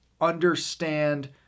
understand